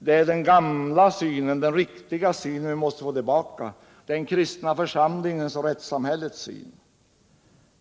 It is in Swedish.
Det är den gamla, riktiga synen, som vi måste få tillbaka, den kristna församlingens, Bibelns och rättssamhällets syn.